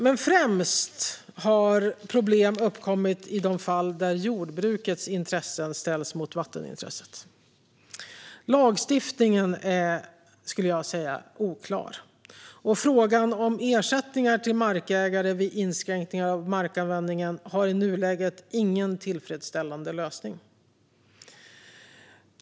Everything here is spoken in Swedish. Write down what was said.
Men främst har problem uppkommit i de fall där jordbrukets intressen ställs mot vattenintresset. Lagstiftningen är oklar. Frågan om ersättningar till markägare vid inskränkningar av markanvändningen har i nuläget ingen tillfredsställande lösning.